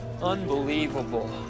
Unbelievable